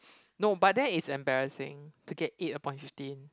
no but that is embarrassing to get eight upon fifty